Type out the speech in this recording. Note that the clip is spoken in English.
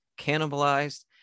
cannibalized